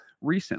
recently